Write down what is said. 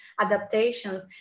adaptations